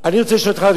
אני רוצה לשאול אותך,